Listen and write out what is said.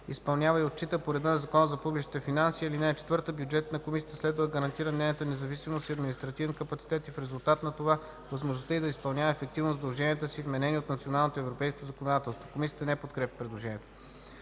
изпълнява и отчита по реда на Закона за публичните финанси. (4) Бюджетът на комисията следва да гарантира нейната независимост и административен капацитет и в резултат на това възможността й да изпълнява ефективно задълженията си, вменени от националното и европейско законодателство.” Комисията не подкрепя предложението.